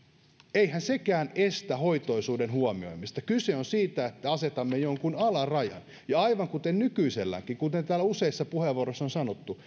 eihän sekään estä hoitoisuuden huomioimista kyse on siitä että asetamme jonkun alarajan ja aivan kuten nykyiselläänkin kuten täällä useissa puheenvuoroissa on sanottu